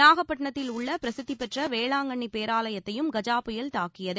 நாகப்பட்டிணத்தில் உள்ள பிரசித்தி பெற்ற வேளாங்கண்ணி பேராலயத்தையும் கஜா புயல் தாக்கியகு